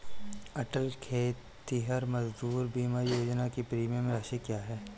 अटल खेतिहर मजदूर बीमा योजना की प्रीमियम राशि क्या है?